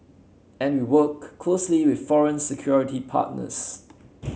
and we work closely with foreign security partners